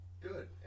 Good